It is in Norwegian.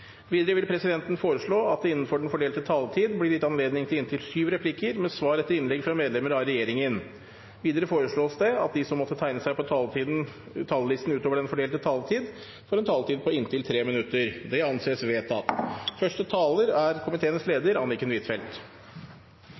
Videre vil presidenten foreslå at det – innenfor den fordelte taletid – blir gitt anledning til inntil sju replikker med svar etter innlegg fra medlemmer av regjeringen. Det foreslås videre at de som måtte tegne seg på talerlisten utover den fordelte taletid, får en taletid på inntil 3 minutter. – Det anses vedtatt. La meg først, ettersom dette er utenriksministerens første